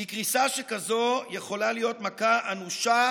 כי קריסה שכזו יכולה להיות מכה אנושה